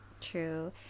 True